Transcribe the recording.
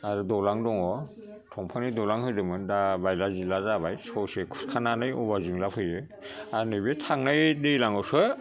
आरो दलां दङ थंफांनि दलां होदोंमोन दा बाइला जिला जाबाय ससे खुरखानानै वाल जों जाफैयो आर नैबे थांनाय दैलाङावसो